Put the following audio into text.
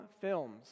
films